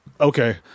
Okay